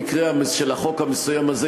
במקרה של החוק המסוים הזה,